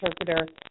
interpreter